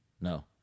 no